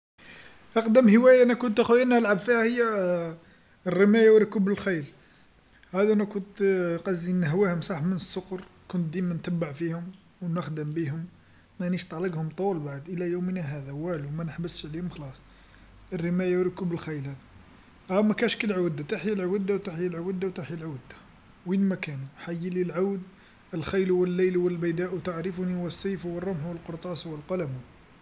أقدم هوايه انا كنت اخويا نلعب فيها هي الرماية وركوب الخيل، هذو أنا كنت قصدي نهواهم صح من الصغر، كنت ديما نتبع فيهم ونخدم بيهم، مانيش طالقهم طول بعد إلى يومنا هذا والو ما نحبسش عليهم خلاص، الرماية وركوب الخيل هاذو، هاو ما كاش كي العود، تحيا العود وتحيا العود وتحيا العود، وين ما كانوا، حييلي العود، الخيل والليل والبيداء تعرفني والسيف والرمح والقرطاس والقلم.